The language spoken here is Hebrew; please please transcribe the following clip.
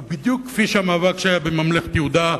הוא בדיוק כמו המאבק שהיה בממלכת יהודה,